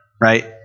right